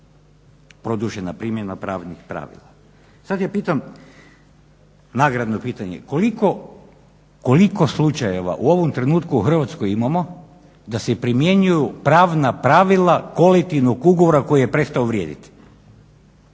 Sad ja pitam, nagradno pitanje, koliko slučajeva u ovom trenutku u Hrvatskoj imamo, da se primjenjuju pravna pravila kolektivnog ugovora koji je prestao vrijediti?